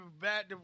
bad